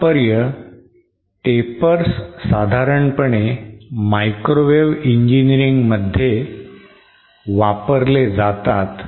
तात्पर्य tapers साधारणपणे microwave engineering मध्ये वापरले जातात